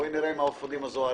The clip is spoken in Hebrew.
בואו נראה אם נגיע לאפודים הזוהרים.